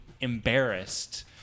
embarrassed